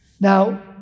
Now